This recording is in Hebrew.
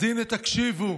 אז תקשיבו,